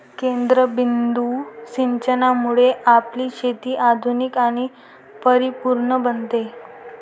केंद्रबिंदू सिंचनामुळे आपली शेती आधुनिक आणि परिपूर्ण बनते